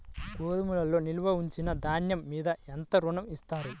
గోదాములో నిల్వ ఉంచిన ధాన్యము మీద ఎంత ఋణం ఇస్తారు?